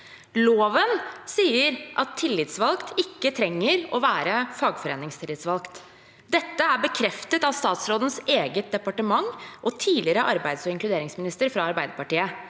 Loven sier at tillitsvalgt ikke trenger å være fagforeningstillitsvalgt. Dette er bekreftet av statsrådens eget departement og tidligere arbeids- og inkluderingsminister fra Arbeiderpartiet.